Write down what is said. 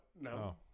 No